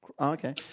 Okay